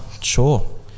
Sure